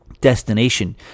destination